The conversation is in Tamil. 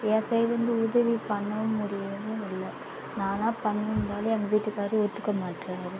என் சைடில் இருந்தும் உதவி பண்ணவும் முடியவும்மில்லை நானாக பண்ணி இருந்தாலும் எங்கள் வீட்டுக்கார் ஒத்துக்க மாற்றார்